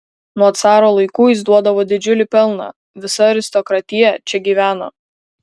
nuo caro laikų jis duodavo didžiulį pelną visa aristokratija čia gyveno